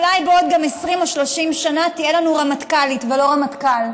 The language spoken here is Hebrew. אולי בעוד 20 או 30 שנה תהיה לנו רמטכ"לית ולא רמטכ"ל.